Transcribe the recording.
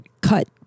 cut